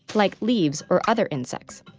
like leaves or other insects.